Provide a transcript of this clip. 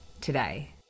today